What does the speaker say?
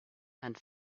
and